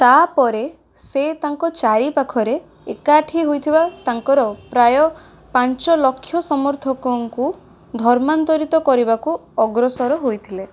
ତା'ପରେ ସେ ତାଙ୍କ ଚାରିପାଖରେ ଏକାଠି ହୋଇଥିବା ତାଙ୍କର ପ୍ରାୟ ପାଞ୍ଚ ଲକ୍ଷ ସମର୍ଥକଙ୍କୁ ଧର୍ମାନ୍ତରିତ କରିବାକୁ ଅଗ୍ରସର ହୋଇଥିଲେ